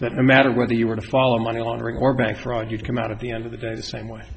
that no matter whether you were to follow a money laundering or bank fraud you'd come out of the end of the day the same way